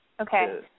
Okay